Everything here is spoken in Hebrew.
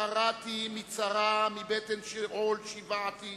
קראתי מצרה, מבטן שאול שיוועתי,